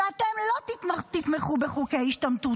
שאתם לא תתמכו בחוקי השתמטות.